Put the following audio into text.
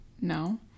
No